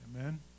Amen